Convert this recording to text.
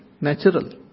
Natural